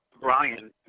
Brian